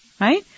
Right